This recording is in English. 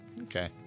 Okay